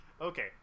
Okay